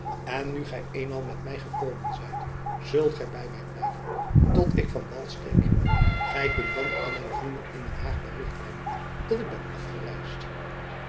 en nu gy eenmaal met my gekomen zijt zult gy by my blijven tot ik van wal steek gy kunt dan aan mijn vrienden in den haag bericht brengen dat ik ben afgereisd